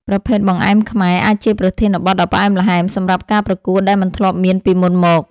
ប្រភេទ បង្អែមខ្មែរ អាចជាប្រធានបទដ៏ផ្អែមល្ហែមសម្រាប់ការប្រកួតដែលមិនធ្លាប់មានពីមុនមក។